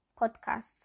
podcast